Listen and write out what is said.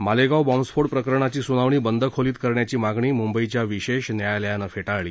मालेगाव बॉम्बस्फोट प्रकरणाची सुनावणी बंद खोलीत करण्याची मागणी मुंबईच्या विशेष न्यायालयानं फेटाळली